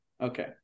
Okay